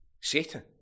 Satan